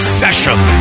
session